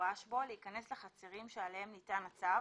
שפורש בו, להיכנס לחצרים שעליהם ניתן הצו